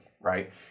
right